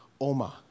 oma